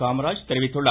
காமராஜ் தெரிவித்துள்ளார்